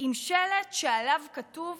עם שלט שעליו כתוב